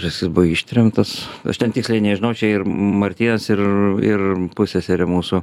ir jisai buvo ištremtas aš ten tiksliai nežinau čia ir martynas ir ir pusseserė mūsų